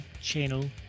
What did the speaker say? channel